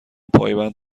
پایبند